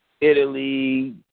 Italy